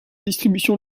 distribution